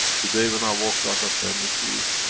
today, when i walked out of the embassy,